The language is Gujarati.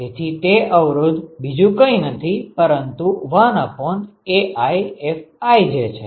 તેથી તે અવરોધ બીજું કઈ નથી પરંતુ 1AiFij છે